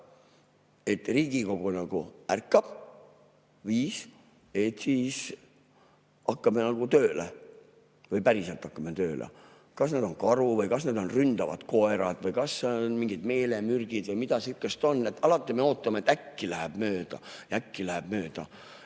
et Riigikogu nagu ärkaks. Kas viis? Siis hakkame nagu tööle või päriselt hakkame tööle. Kas see on karu või kas need on ründavad koerad või kas need on mingid meelemürgid või midagi sihukest, alati me ootame, et äkki läheb mööda ja äkki läheb mööda.